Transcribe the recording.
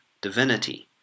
divinity